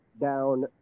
down